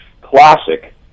Classic